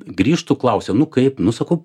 grįžtu klausia nu kaip nu sakau